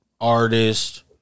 Artist